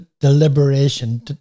deliberation